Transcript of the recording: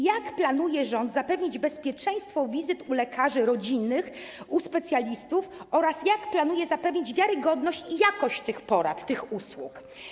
Jak rząd planuje zapewnić bezpieczeństwo wizyt u lekarzy rodzinnych, u specjalistów oraz jak planuje zapewnić wiarygodność i jakość tych porad, tych usług?